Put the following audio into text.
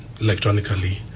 electronically